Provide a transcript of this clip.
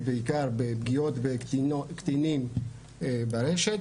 בעיקר בפגיעות בקטינות וקטינים ברשת.